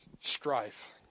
strife